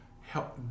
help